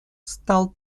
стал